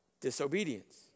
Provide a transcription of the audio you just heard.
Disobedience